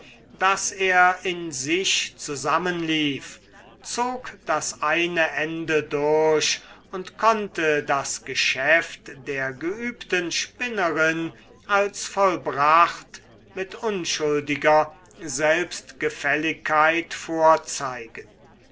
daß er in sich zusammenlief zog das eine ende durch das andere durch und konnte das geschäft der geübten spinnerin als vollbracht mit unschuldiger selbstgefälligkeit vorzeigen